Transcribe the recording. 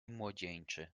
młodzieńczy